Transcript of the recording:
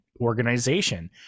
organization